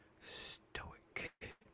Stoic